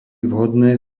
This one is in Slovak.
vhodné